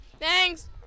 Thanks